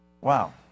wow